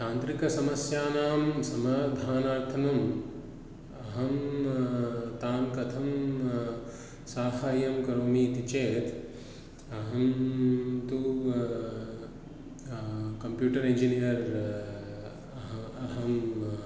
तान्त्रिकसमस्यानां समाधानार्थम् अहं तान् कथं साहाय्यं करोमि इति चेत् अहं तु कम्प्यूटर् इन्जिनियर् अह अहम्